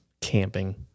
camping